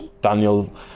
Daniel